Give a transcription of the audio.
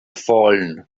fallen